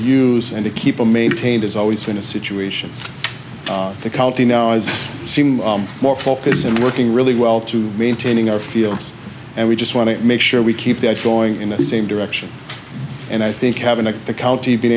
use and to keep them maintained it's always been a situation in the county now it seemed more focused and working really well to maintaining our fields and we just want to make sure we keep that going in the same direction and i think having a